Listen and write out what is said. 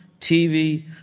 TV